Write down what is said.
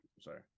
sorry